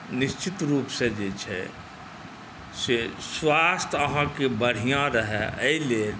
निश्चित रूपसँ जे छै से स्वास्थ्य अहाँके बढ़िआँ रहय एहिलेल